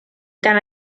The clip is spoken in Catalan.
tant